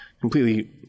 completely